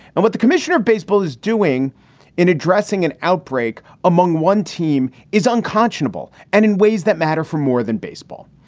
and what the commissioner of baseball is doing in addressing an outbreak among one team is unconscionable and in ways that matter for more than baseball.